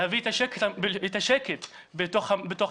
להביא את השקט בתוך ההפגנה.